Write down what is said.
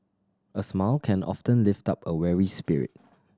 a smile can often lift up a weary spirit